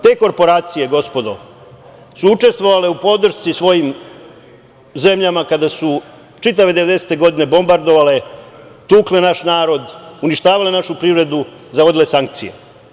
Te korporacije, gospodo, su učestvovale u podršci svojim zemljama kada su čitave devedesete godine bombardovale, tukle naš narod, uništavale našu privredu, zavodile sankcije.